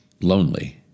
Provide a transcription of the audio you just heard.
Lonely